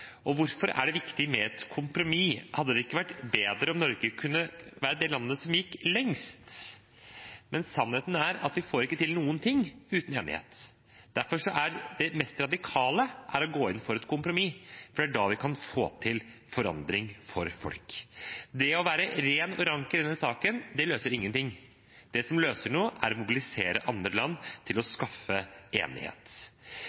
Hvorfor er det viktig med et kompromiss? Hadde det ikke vært bedre om Norge kunne være det landet som gikk lengst? Sannheten er at vi ikke får til noen ting uten enighet. Derfor er det mest radikale å gå inn for et kompromiss, for det er da vi kan få til forandring for folk. Det å være ren og rank i denne saken løser ingenting. Det som løser noe, er å mobilisere andre land til å